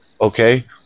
Okay